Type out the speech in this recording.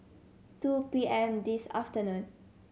two P M this afternoon